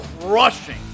crushing